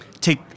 take